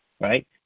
Right